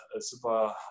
super